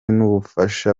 n’ubufasha